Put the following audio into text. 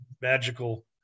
magical